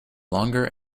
longer